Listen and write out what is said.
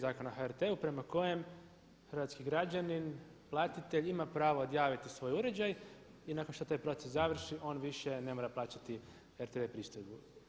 Zakona o HRT-u prema kojem hrvatski građanin platitelj ima pravo odjaviti svoj uređaj i nakon što taj proces završi on više ne mora plaćati RTV pristojbu.